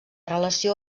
relació